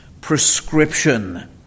prescription